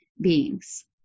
beings